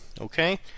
Okay